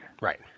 Right